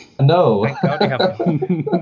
No